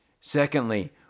Secondly